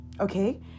okay